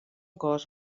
gos